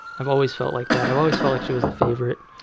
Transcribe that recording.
i've always felt like that. i've always felt like she was the favorite.